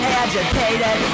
agitated